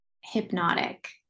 hypnotic